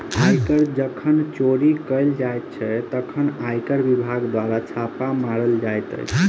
आयकर जखन चोरी कयल जाइत छै, तखन आयकर विभाग द्वारा छापा मारल जाइत अछि